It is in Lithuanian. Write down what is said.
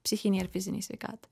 psichinei ir fizinei sveikatai